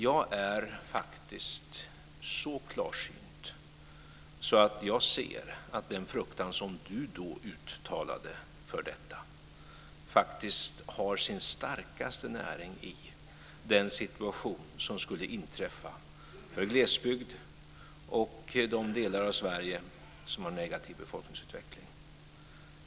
Jag är faktiskt så klarsynt att jag ser att den fruktan som Lennart Daléus då uttalade för detta har sin starkaste näring i den situation som skulle inträffa för glesbygd och de delar av Sverige som har negativ befolkningsutveckling.